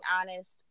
honest